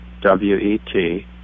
W-E-T